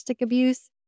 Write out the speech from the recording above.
abuse